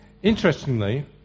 Interestingly